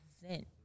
present